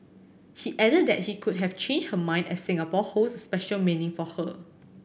he added that she could have changed her mind as Singapore holds special meaning for her